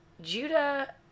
Judah